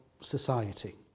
society